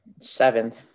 Seventh